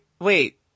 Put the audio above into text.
wait